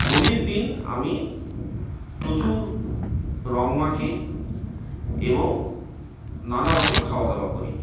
হোলির দিন আমি প্রচুর রঙ মাখি এবং নানারকম খাওয়াদাওয়া করি